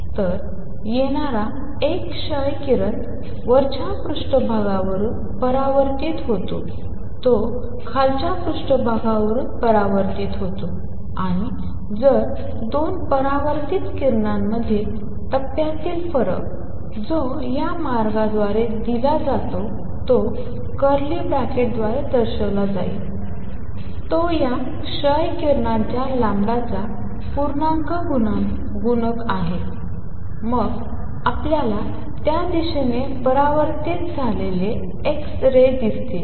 तर येणारा एक क्ष किरण वरच्या पृष्ठभागावरून परावर्तित होतो तो खालच्या पृष्ठभागावरून परावर्तित होतो आणि जर 2 परावर्तित किरणांमधील टप्प्यातील फरक जो या मार्गाद्वारे दिला जातो तो कर्ली ब्रॅकेट द्वारे दर्शविला जातो तो या क्ष किरणांच्या लॅम्बडाचा पूर्णांक गुणक आहे मग आपल्याला त्या दिशेने परावर्तित झालेले एक्स रे दिसतील